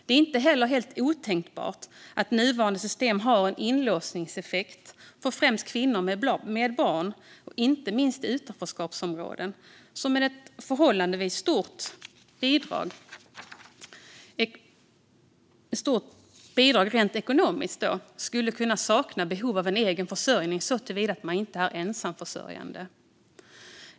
Det är inte heller helt otänkbart att nuvarande system har en inlåsningseffekt för främst kvinnor med flera barn, inte minst i utanförskapsområden, som med ett förhållandevis stort bidrag rent ekonomiskt skulle kunna sakna behov av egen försörjning såvida man inte är ensamförsörjande.